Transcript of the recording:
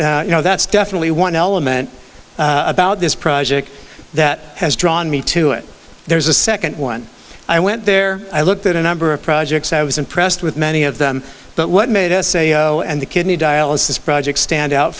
you know that's definitely one element about this project that has drawn me to it there's a second one i went there i looked at a number of projects i was impressed with many of them but what made us say the kidney dialysis project stand out